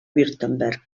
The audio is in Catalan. württemberg